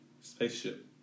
spaceship